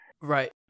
Right